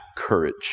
courage